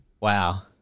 Wow